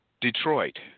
Detroit